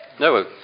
No